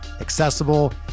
accessible